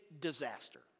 disaster